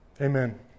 Amen